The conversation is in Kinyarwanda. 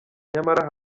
nyamara